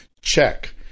check